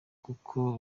kuko